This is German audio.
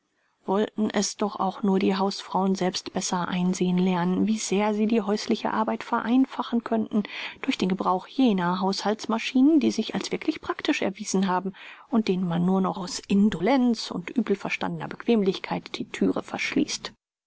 wollten es doch auch nur die hausfrauen selbst besser einsehen lernen wie sehr sie die häusliche arbeit vereinfachen könnten durch den gebrauch jener haushaltungsmaschinen die sich als wirklich praktisch erwiesen haben und denen man nur noch aus indolenz und übel verstandner bequemlichkeit die thüre verschließt